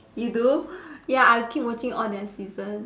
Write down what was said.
you do ya I keep watching all their season